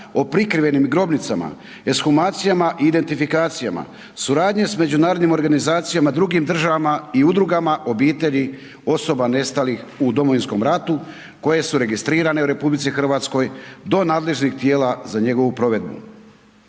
o prikrivenim grobnicama, ekshumacijama i identifikacijama, suradnje s međunarodnim organizacijama, drugim državama i udrugama obitelji osoba nestalih u Domovinskom ratu koje su registrirane u RH do nadležnih tijela za njegovu provedbu.